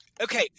Okay